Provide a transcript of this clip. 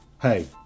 Hey